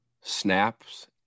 snaps